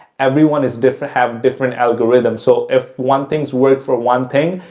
everyone is different have different algorithms. so, if one things work for one thing,